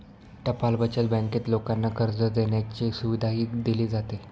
टपाल बचत बँकेत लोकांना कर्ज देण्याची सुविधाही दिली जाते